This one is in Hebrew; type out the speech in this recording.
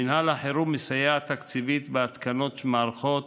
מינהל החירום מסייע תקציבית בהתקנת מערכות